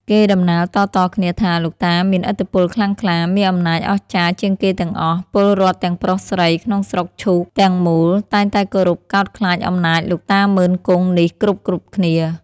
គេតំណាលតៗគ្នាថា លោកតាមានឥទ្ធិពលខ្លាំងក្លា មានអំណាចអស្ចារ្យជាងគេទាំងអស់ ពលរដ្ឋទាំងប្រុស-ស្រីក្នុងស្រុកឈូកទាំងមូល តែងតែគោរពកោតខ្លាចអំណាចលោកតាម៉ឺន-គង់នេះ គ្រប់ៗគ្នា។